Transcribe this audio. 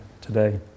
today